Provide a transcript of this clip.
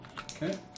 Okay